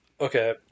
okay